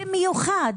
במיוחד